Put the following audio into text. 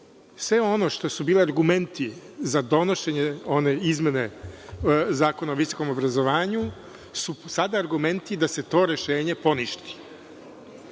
sve ono što su bili argumenti za donošenje one izmene Zakona o visokom obrazovanju su sada argumenti da se to rešenje poništi. Isto